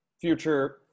future